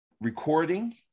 recording